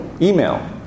email